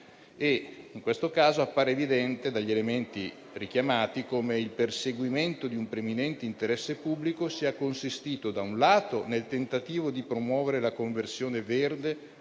In questo caso, appare evidente dagli elementi richiamati come il perseguimento di un preminente interesse pubblico sia consistito - da un lato - nel tentativo di promuovere la conversione verde